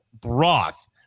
broth